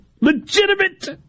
Legitimate